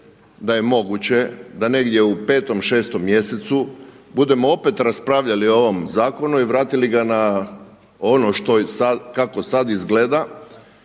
da je moguće da negdje u petom, šestom mjesecu budemo opet raspravljali o ovom zakonu i vratili ga na ono što sad, kako sad izgleda